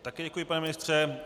Také děkuji, pane ministře.